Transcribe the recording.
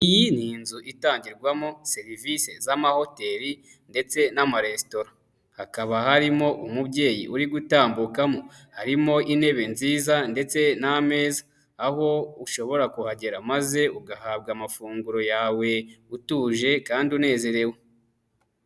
Iyi ni inzu itangirwamo serivisi z'amahoteli ndetse n'amaresitora, hakaba harimo umubyeyi uri gutambukamo harimo intebe nziza ndetse n'ameza, aho ushobora kuhagera maze ugahabwa amafunguro yawe utuje kandi unezerewe.